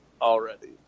already